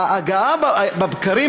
ההגעה בבקרים,